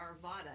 Arvada